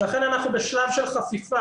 ולכן אנחנו בשלב של חפיפה,